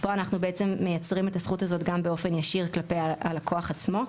פה אנחנו בעצם מייצרים את הזכות הזאת גם באופן ישיר כלפי הלקוח עצמו,